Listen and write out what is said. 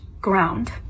ground